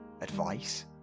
Advice